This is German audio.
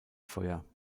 feuer